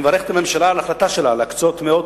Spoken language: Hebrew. אני מברך את הממשלה על החלטתה להקצות מאות